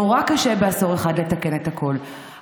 נורא קשה בעשור אחד לתקן את הכול,